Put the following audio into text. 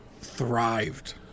thrived